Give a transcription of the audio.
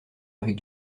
avec